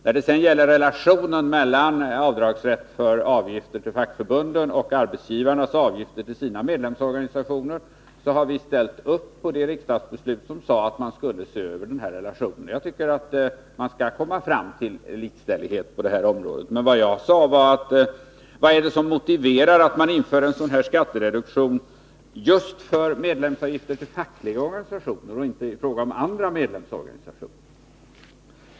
Vad sedan gäller relationen mellan avdragsrätt för avgifter till fackförbunden och arbetsgivarnas avgifter till sina medlemsorganisationer, har vi ställt oss bakom riksdagsbeslutet om att denna relation skall ses över. Jag tycker det finns skäl att uppnå likställighet på detta område. I mitt tidigare anförande frågade jag vad som motiverade en skattereduktion just beträffande medlemsavgiften till fackliga organisationer men inte i fråga om avgiften till andra medlemsorganisationer.